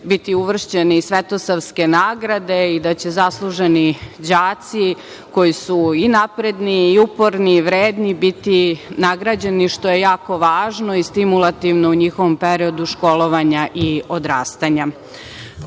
biti uvršćene i svetosavske nagrade i da će zasluženi đaci, koji su i napredni i uporni i vredni, biti nagrađeni, što je jako važno i stimulativno u njihovom periodu školovanja i odrastanja. Uvaženi